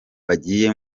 bagiye